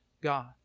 God